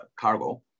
cargo